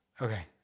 Okay